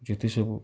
ଯେତେ ସବୁ